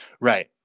Right